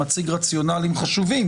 מציג רציונלים חשובים